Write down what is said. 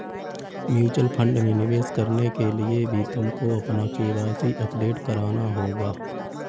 mutual fund में निवेश करने के लिए भी तुमको अपना के.वाई.सी अपडेट कराना होगा